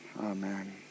amen